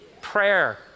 prayer